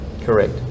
correct